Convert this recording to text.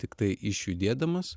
tiktai iš judėdamas